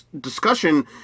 discussion